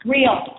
Real